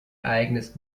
eigenes